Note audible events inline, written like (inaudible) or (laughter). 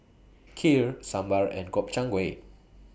(noise) Kheer Sambar and Gobchang Gui